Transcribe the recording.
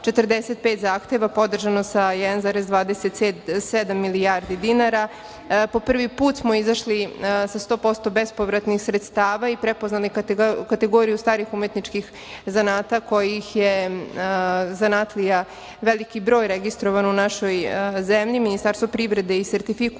45 zahteva podržano sa 1,27 milijardi dinara. Po prvi put smo izašli sa 100% bespovratnih sredstava i prepoznali kategoriju starih umetničkih zanata kojih je zanatlija veliki broj registrovano u našoj zemlji. Ministarstvo privrede i sertifikuje